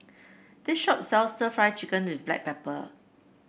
this shop sells stir Fry Chicken with Black Pepper